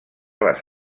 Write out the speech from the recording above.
les